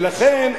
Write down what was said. ולכן,